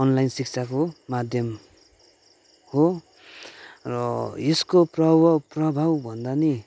online शिक्षाको माध्यम हो र यस्को प्रभाव प्रभाव भन्दा पनि